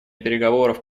переговоров